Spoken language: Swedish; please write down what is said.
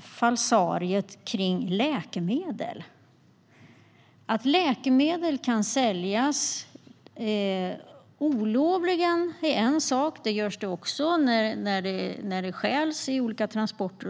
falsariet med läkemedel. Att läkemedel kan säljas olovligen är en sak. Det görs också när det stjäls i olika transporter.